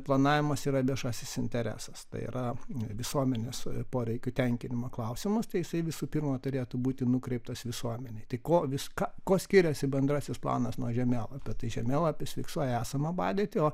planavimas yra viešasis interesas tai yra visuomenės poreikių tenkinimo klausimas tai jisai visų pirma turėtų būti nukreiptas visuomenei tai ko viską kuo skiriasi bendrasis planas nuo žemėlapio tai žemėlapis fiksuoja esamą padėtį o